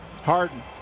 Harden